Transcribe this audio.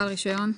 בעל רישיון?